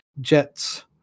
Jets